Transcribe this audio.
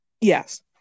Yes